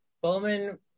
Bowman